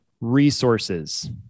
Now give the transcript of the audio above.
Resources